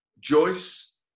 Joyce